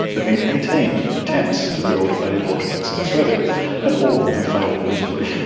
but been eighteen attempts to build a launch base in australia and all of them have failed miserably,